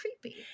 creepy